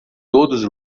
todos